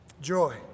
joy